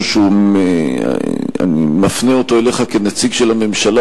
שאני מפנה אותו אליך כנציג של הממשלה,